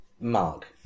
Mark